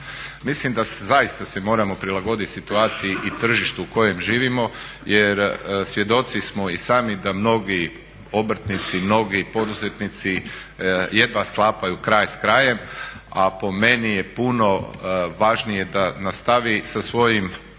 Mislim da se zaista moramo prilagoditi situaciji i tržištu u kojem živimo jer svjedoci smo i sami da mnogi obrtnici, mnogi poduzetnici jedva sklapaju kraj s krajem, a po meni je puno važnije da nastavi sa svojim